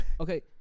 Okay